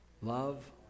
Love